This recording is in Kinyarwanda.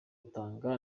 utanga